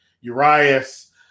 Urias